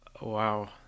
Wow